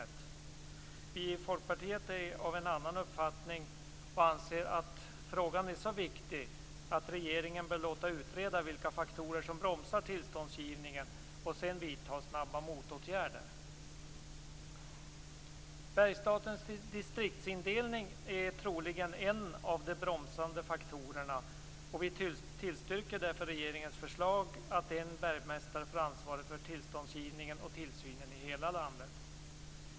Vi i Folkpartiet är av en annan uppfattning och anser att frågan är så viktig att regeringen bör låta utreda vilka faktorer som bromsar tillståndsgivningen och sedan vidta snabba motåtgärder. Bergsstatens distriktsindelning är troligen en av de bromsande faktorerna, och vi tillstyrker därför regeringens förslag att en bergmästare får ansvaret för tillståndsgivningen och tillsynen i hela landet.